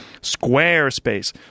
Squarespace